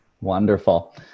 Wonderful